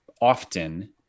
often